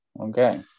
Okay